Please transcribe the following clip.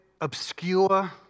obscure